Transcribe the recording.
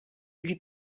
lui